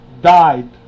died